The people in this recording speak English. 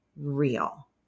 real